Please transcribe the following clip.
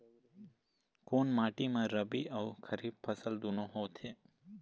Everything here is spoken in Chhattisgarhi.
कोन माटी म रबी अऊ खरीफ फसल दूनों होत हे?